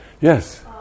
Yes